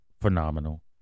phenomenal